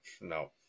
no